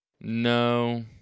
No